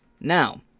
Now